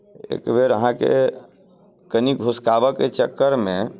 एकबेर अहाँके कनि घुसकाबयके चक्करमे